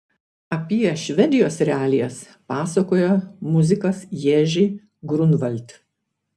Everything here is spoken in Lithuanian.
apie švedijos realijas pasakoja muzikas ježy grunvald